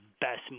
best